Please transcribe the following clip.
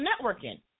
networking